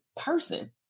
person